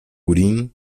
urim